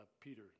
Peter